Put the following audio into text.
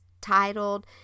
titled